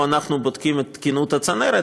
לא אנחנו בודקים את תקינות הצנרת,